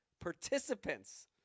participants